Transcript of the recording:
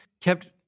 kept